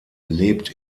lebt